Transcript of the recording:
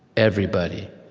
everybody,